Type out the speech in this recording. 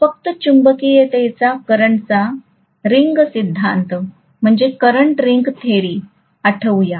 तर आपण फक्त चुंबकीयतेचा करंटचा रिंग सिद्धांत आठवूया